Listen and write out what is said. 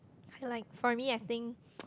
so like for me I think